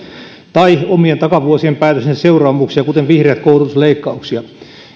tai omien takavuosien päätöstensä seuraamuksia kuten vihreät koulutusleikkauksia